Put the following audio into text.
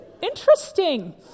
interesting